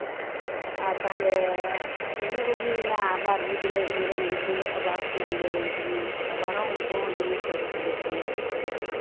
ᱟᱨ ᱛᱟᱦᱞᱮ ᱤᱱᱟᱹ ᱵᱩᱜᱤᱭᱱᱟ ᱟᱵᱟᱨ ᱜᱤᱫᱽᱨᱟᱹ ᱤᱧ ᱨᱮᱱ ᱜᱤᱫᱽᱨᱟᱹ ᱟᱵᱟᱨ ᱠᱚ ᱡᱩᱫᱟᱹᱭᱮᱱ ᱛᱤᱧᱟᱹ ᱟᱵᱟᱨ ᱦᱚᱸ ᱩᱱᱠᱩ ᱦᱚᱸ ᱡᱚᱢᱤ ᱦᱟᱥᱟ ᱠᱚ ᱠᱷᱚᱡᱚᱜ ᱠᱟᱱᱟ